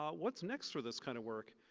um what's next for this kind of work?